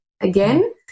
again